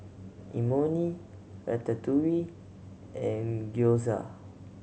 Imoni Ratatouille and Gyoza